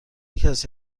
کسی